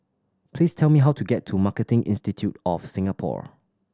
please tell me how to get to Marketing Institute of Singapore